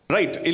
Right